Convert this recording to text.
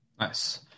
Nice